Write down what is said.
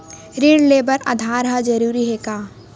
ऋण ले बर आधार ह जरूरी हे का?